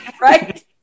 Right